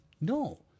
No